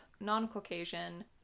non-Caucasian